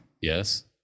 Yes